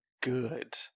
good